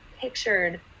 pictured